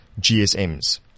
GSMs